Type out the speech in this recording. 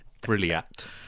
Brilliant